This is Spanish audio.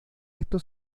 esto